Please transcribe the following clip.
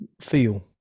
feel